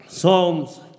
Psalms